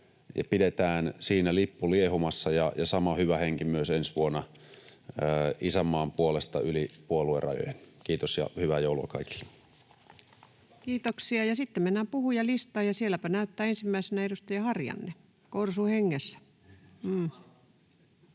pidetään siinä lippu liehumassa ja sama hyvä henki myös ensi vuonna isänmaan puolesta yli puoluerajojen. Kiitos ja hyvää joulua kaikille! Kiitoksia. — Sitten mennään puhujalistaan, ja sielläpä näyttää olevan ensimmäisenä edustaja Harjanne, korsuhengessä.